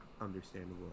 understandable